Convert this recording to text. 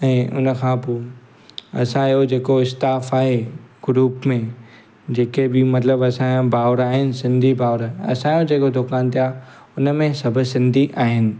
ऐं हुन खां पोइ असांजो जेको स्टाफ आहे ग्रुप में जेके बि मतिलबु असांजा भाउर आहिनि सिंधी भाउर असांजो जेको दुकान ते आहे हुन में सभु सिंधी आहिनि